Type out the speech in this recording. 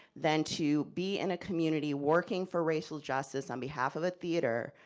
than to be in a community, working for racial justice on behalf of a theater,